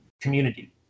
community